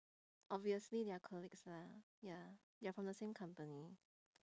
obviously they are colleagues lah ya they're from the same company